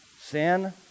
sin